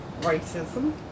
racism